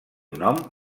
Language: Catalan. nom